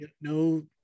no